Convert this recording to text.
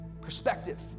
Perspective